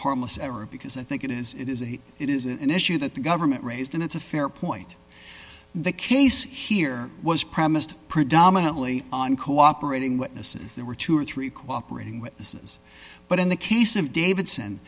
harmless error because i think it is it is a it is an issue that the government raised and it's a fair point the case here was premised predominantly on cooperating witnesses there were two or three cooperate in witnesses but in the case of david